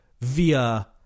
via